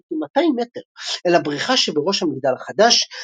של כ-200 מטר אל הבריכה שבראש המגדל החדש,